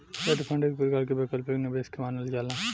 hedge fund एक प्रकार के वैकल्पिक निवेश के मानल जाला